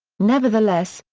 nevertheless,